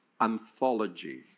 anthology